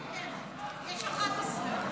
כן,